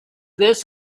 this